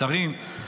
שרים,